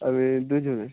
আমি দুজনের